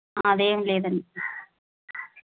అదేమి లేదండి